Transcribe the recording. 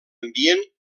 ambient